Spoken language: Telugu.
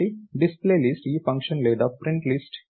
కాబట్టి డిస్ప్లేలిస్ట్ ఈ ఫంక్షన్ లేదా ప్రింట్లిస్ట్